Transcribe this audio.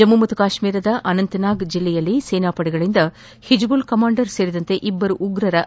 ಜಮ್ನು ಮತ್ತು ಕಾಶ್ಮಿರದ ಅನಂತ್ನಾಗ್ ಜಿಲ್ಲೆಯಲ್ಲಿ ಸೇನಾಪಡೆಗಳಿಂದ ಹಿಜ್ಬುಲ್ ಕಮಾಂಡರ್ ಸೇರಿದಂತೆ ಇಬ್ಲರು ಉಗ್ರರ ಹತ್ಲೆ